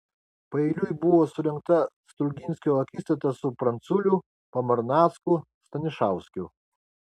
paeiliui buvo surengta stulginskio akistata su pranculiu pamarnacku stanišauskiu